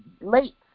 late